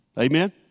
Amen